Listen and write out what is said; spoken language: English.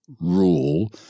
rule